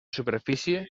superfície